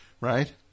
Right